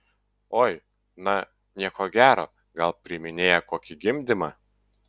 oi na nieko gero gal priiminėja kokį gimdymą